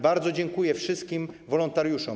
Bardzo dziękuję wszystkim wolontariuszom.